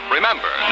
Remember